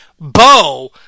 Bo